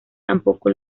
tampoco